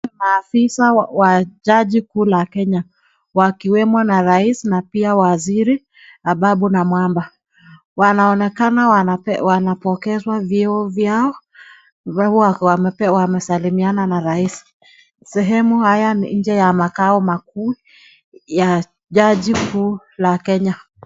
Maafisa wa jaji kuu la Kenya wakiwemo na raisi na pia waziri Ababu na Mwamba. Wanaonekana wanapokezwa vyeo vya wamesalimiana na raisi. Sehemu haya ni nje ya makao makuu ya jaji kuu la Kenya.